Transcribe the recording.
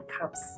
cups